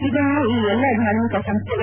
ಇದನ್ನು ಈ ಎಲ್ಲ ಧಾರ್ಮಿಕ ಸಂಸ್ಥೆಗಳು